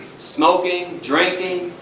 smoking, drinking,